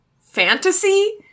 fantasy